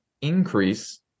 increase